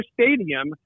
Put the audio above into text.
Stadium